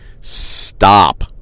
Stop